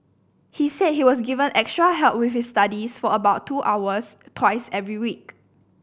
he said he was given extra help with his studies for about two hours twice every week